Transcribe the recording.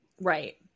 Right